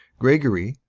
gregory,